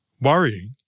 worrying